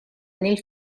nel